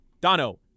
Dono